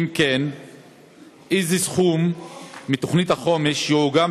2. אם כן,